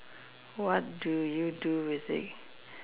what do you do with it